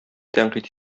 тәнкыйть